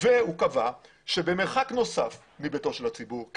הוא קבע שבמרחק נוסף מביתו של איש הציבור,